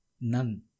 none